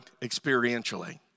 experientially